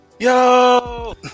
yo